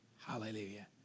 Hallelujah